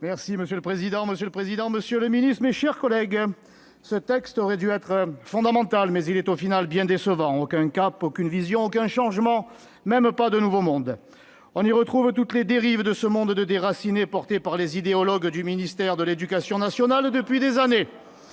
est à M. Stéphane Ravier. Monsieur le président, monsieur le ministre, mes chers collègues, ce texte aurait dû être fondamental, mais il est au final bien décevant : aucun cap, aucune vision, aucun changement, même pas de « nouveau monde »... On y retrouve toutes les dérives de ce monde de déracinés porté par les idéologues du ministère de l'éducation nationale depuis des années.